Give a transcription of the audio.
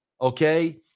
Okay